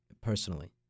personally